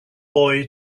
boy